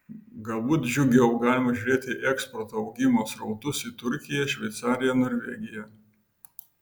galbūt džiugiau galima žiūrėti į eksporto augimo srautus į turkiją šveicariją norvegiją